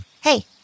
Hey